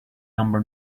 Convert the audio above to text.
number